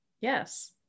Yes